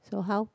so how